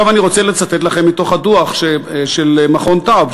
אני רוצה לצטט לכם מתוך הדוח של מרכז טאוב,